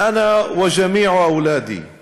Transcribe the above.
אני וכל ילדי /